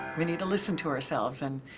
we need to listen to ourselves and